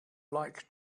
like